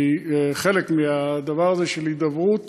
היא חלק מהדבר הזה של הידברות